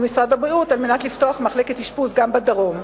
משרד הבריאות על מנת לפתוח מחלקת אשפוז בדרום.